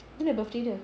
bila birthday dia